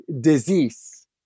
disease